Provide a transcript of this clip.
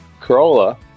Corolla